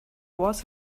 was